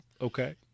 okay